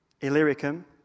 Illyricum